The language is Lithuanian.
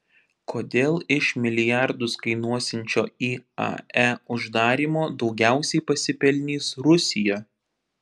kodėl iš milijardus kainuosiančio iae uždarymo daugiausiai pasipelnys rusija